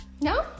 No